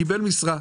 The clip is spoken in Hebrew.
קיבל משרה,